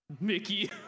Mickey